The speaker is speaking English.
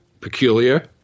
peculiar